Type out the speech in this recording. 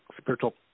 spiritual